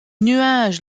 nuages